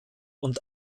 und